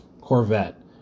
Corvette